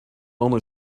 only